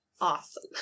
awesome